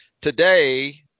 Today